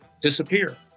disappear